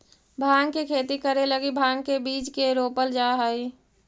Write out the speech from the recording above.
भाँग के खेती करे लगी भाँग के बीज के रोपल जा हई